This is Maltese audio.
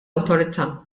awtorità